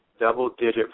double-digit